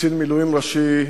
קצין מילואים ראשי,